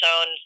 own